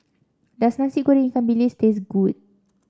does Nasi Goreng Ikan Bilis taste good